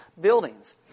buildings